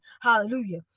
Hallelujah